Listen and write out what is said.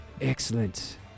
Excellent